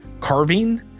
carving